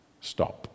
stop